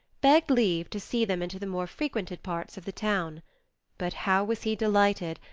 begged leave to see them into the more frequented parts of the town but how was he delighted,